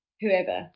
whoever